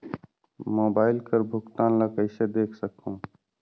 Mobile कर भुगतान ला कइसे देख सकहुं?